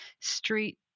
street